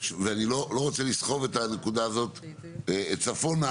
ואני לא רוצה לסחוב את הנקודה הזאת צפונה